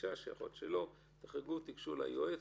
מדגישה שיכול להיות שלא ותיגשו ליועץ